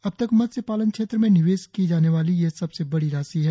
अब तक मत्स्य पालन क्षेत्र में निवेश की जाने वाली ये सबसे बड़ी राशि है